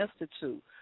Institute